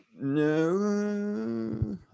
no